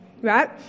right